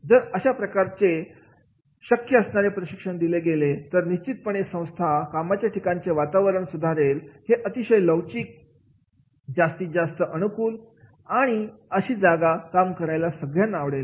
जर अशा प्रकारचे शक्य असणारे प्रशिक्षण दिले गेले तर निश्चितपणे संस्था कामाच्या ठिकाणचे वातावरण सुधारेल हे अतिशय लवचिक जास्तीत जास्त अनुकूल आणि अशी जागा काम करायला सगळ्यांना आवडेल